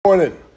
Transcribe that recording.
Morning